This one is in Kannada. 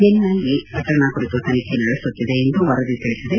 ಎನ್ಐಎ ಪ್ರಕರಣ ಕುರಿತು ತನಿಖೆ ನಡೆಸುತ್ತಿದೆ ಎಂದು ವರದಿ ತಿಳಿಸಿದೆ